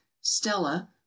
Stella